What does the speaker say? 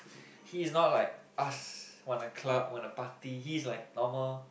he's not like us want to club want to party he's like normal